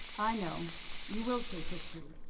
i know you will shape history.